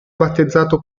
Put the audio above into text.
battezzato